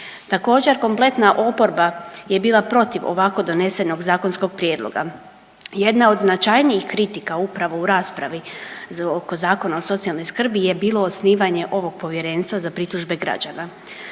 Također kompletna oporba je bila protiv ovako donesenog zakonskog prijedloga. Jedna od značajnijih kritika upravo u raspravi oko Zakona o socijalnoj skrbi je bilo osnivanje ovog Povjerenstva za pritužbe građana.